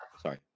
Sorry